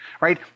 right